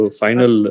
final